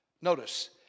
Notice